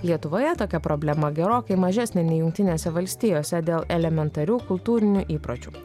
lietuvoje tokia problema gerokai mažesnė nei jungtinėse valstijose dėl elementarių kultūrinių įpročių